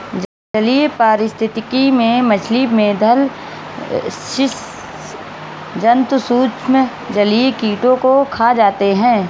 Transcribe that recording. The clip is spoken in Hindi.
जलीय पारिस्थितिकी में मछली, मेधल स्सि जन्तु सूक्ष्म जलीय कीटों को खा जाते हैं